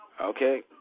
Okay